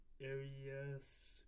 areas